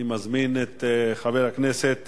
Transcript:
אני מזמין את חבר הכנסת